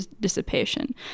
dissipation